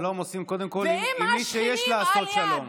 שלום עושים קודם כול עם מי שיש לעשות שלום.